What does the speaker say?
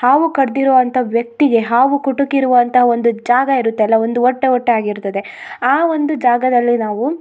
ಹಾವು ಕಡ್ದಿರೊ ಅಂತ ವ್ಯಕ್ತಿಗೆ ಹಾವು ಕುಟುಕಿರುವಂಥ ಒಂದು ಜಾಗ ಇರುತ್ತೆ ಅಲ್ಲಾ ಒಂದು ಒಟ್ಟೆ ಒಟ್ಟೆ ಆಗಿರ್ತದೆ ಆ ಒಂದು ಜಾಗದಲ್ಲಿ ನಾವು